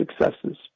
successes